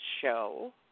show